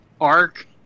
arc